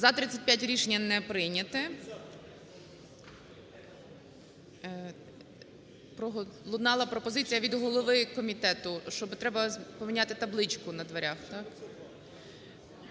За-35 Рішення не прийняте. Пролунала пропозиція від голови комітету, що треба поміняти табличку на дверях,